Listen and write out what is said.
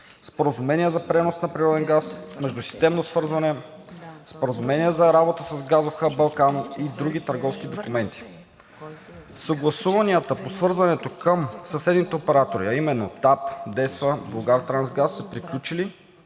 споразумения за пренос на природен газ, междусистемно свързване, споразумение за работа с газов хъб „Балкан“ и други търговски документи. Съгласуванията по свързването към съседните оператори, а именно TAР, DESFA, „Булгартрансгаз“, са приключили,